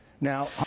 now